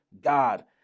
God